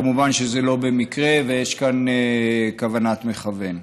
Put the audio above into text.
כמובן שזה לא במקרה ויש כאן כוונת מכוון.